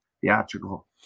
theatrical